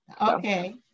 Okay